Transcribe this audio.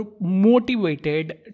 motivated